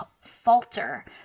falter